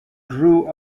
grew